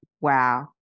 wow